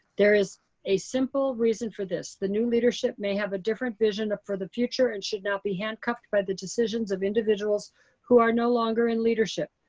there is a simple reason for this. the new leadership may have a different vision for the future and should not be handcuffed by the decisions of individuals who are no longer in leadership.